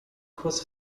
kurs